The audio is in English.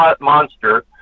monster